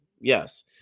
Yes